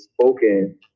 spoken